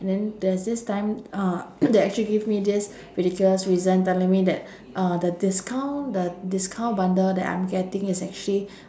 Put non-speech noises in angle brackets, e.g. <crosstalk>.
and then there's this time uh <noise> they actually give me this ridiculous reason telling me that uh the discount the discount bundle that I'm getting is actually